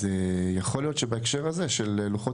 אז יכול להיות שבהקשר הזה של לוחות